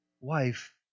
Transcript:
wife